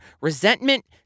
resentment